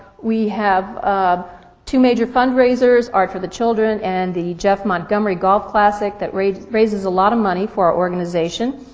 we have two major fundraisers, art for the children and the jeff montgomery golf classic, that raises raises a lot of money for our organization.